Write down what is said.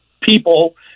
people